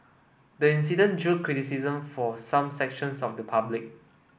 the incident drew criticism from some sections of the public